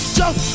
jump